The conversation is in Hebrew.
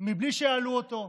מבלי שיעלו אותו,